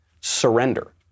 Surrender